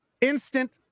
instant